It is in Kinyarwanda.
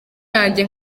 yanjye